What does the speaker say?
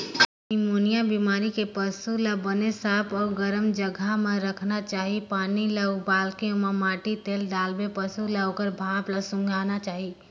pneumonia बेमारी के पसू ल बने साफ अउ गरम जघा म राखना चाही, पानी ल उबालके ओमा माटी तेल डालके पसू ल ओखर भाप ल सूंधाना चाही